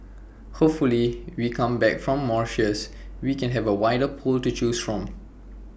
hopefully we come back from Mauritius we can have A wider pool to choose from